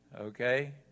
okay